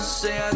say